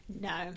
No